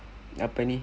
apa ni